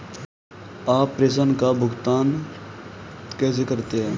आप प्रेषण का भुगतान कैसे करते हैं?